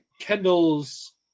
Kendall's